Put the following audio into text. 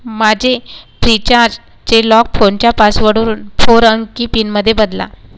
माझे फ्रीचार्जचे लॉक फोनच्या पासवर्डवरून फोर अंकी पिनमध्ये बदला